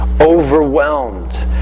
overwhelmed